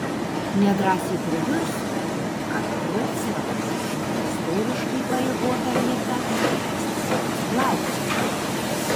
nedrąsiai pridursiu kad vroclavas yra istoriškai įpareigota vieta spręsti tokius klausimus